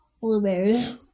Blueberries